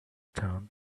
town